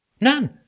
None